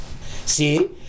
See